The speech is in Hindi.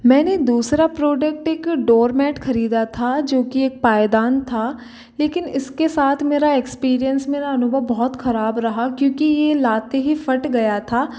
मैंने दूसरा प्रोडक्ट एक डोर मैट खरीदा था जो की एक पायदान था लेकिन इसके साथ मेरा एक्सपीरीएन्स मेरा अनुभव बहुत ख़राब रहा क्योंकि यह लाते ही फट गया था